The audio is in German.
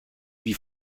wie